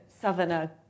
southerner